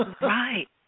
Right